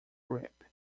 grip